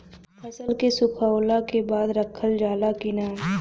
फसल के सुखावला के बाद रखल जाला कि न?